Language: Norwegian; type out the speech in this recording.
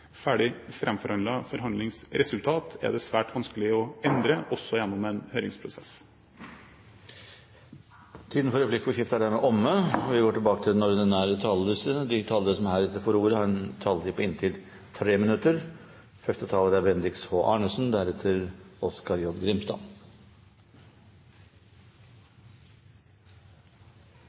ferdig framforhandlet resultat er det svært vanskelig å endre, også gjennom en høringsprosess. Replikkordskiftet er dermed omme. De talere som heretter får ordet, har en taletid på inntil 3 minutter. Debatten om denne saken har vært ganske omfattende de siste ukene, og det synes jeg faktisk er